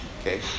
Okay